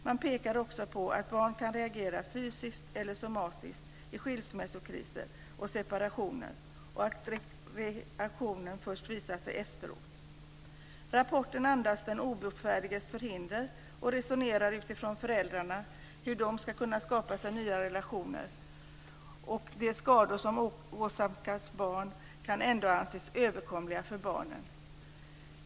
Man pekar också på att barn kan reagera psykiskt eller somatiskt vid skilsmässokriser och separationer och att reaktioner visar sig först efteråt. Rapporten andas "den obotfärdiges förhinder". Det resoneras utifrån föräldrarna, utifrån hur de ska kunna skapa sig nya relationer och att de skador som åsamkas barn ändå kan anses överkomliga för barnen.